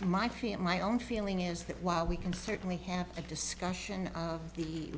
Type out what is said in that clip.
my create my own feeling is that while we can certainly have a discussion of the